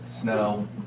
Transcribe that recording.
snow